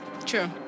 True